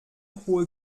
hohe